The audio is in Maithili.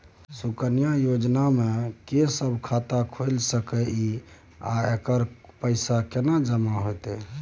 सुकन्या योजना म के सब खाता खोइल सके इ आ एकर पैसा केना जमा होतै?